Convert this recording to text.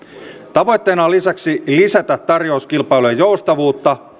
tavoitteena on lisäksi lisätä tarjouskilpailujen joustavuutta